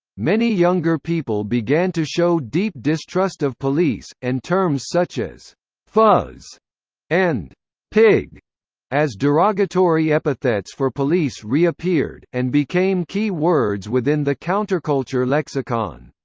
many younger people began to show deep distrust of police, and terms such as fuzz and pig as derogatory epithets for police reappeared, and became key words within the counterculture lexicon.